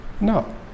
No